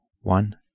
One